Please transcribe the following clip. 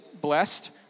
blessed